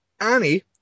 Annie